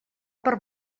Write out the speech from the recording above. per